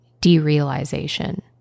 derealization